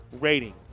rating